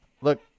look